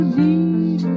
need